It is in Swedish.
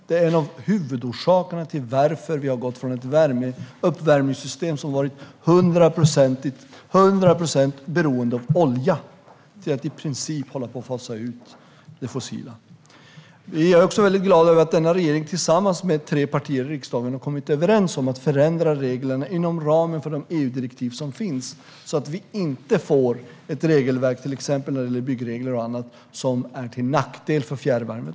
Det är en av huvudorsakerna till varför vi har gått från ett uppvärmningssystem som har varit 100 procent beroende av olja till att i princip fasa ut det fossila. Jag är också glad över att regeringen tillsammans med tre partier i riksdagen har kommit överens om att förändra reglerna inom ramen för de EU-direktiv som finns så att vi inte får ett regelverk, till exempel för byggregler och annat, som är till nackdel för fjärrvärmen.